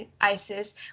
ISIS